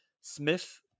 Smith